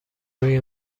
روی